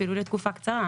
אפילו לתקופה קצרה.